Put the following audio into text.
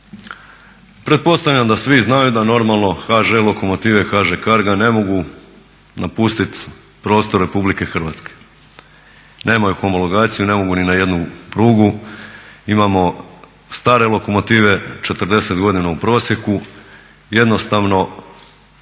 pretpostavljam da svi znaju da normalno HŽ lokomotive HŽ Carga ne mogu napustiti prostor RH. Nemaju homologaciju, ne mogu ni na jednu prugu. Imamo stare lokomotive, 40 godina u prosjeku, jednostavno